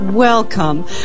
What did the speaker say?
Welcome